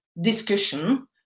discussion